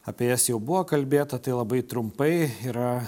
apie jas jau buvo kalbėta tai labai trumpai yra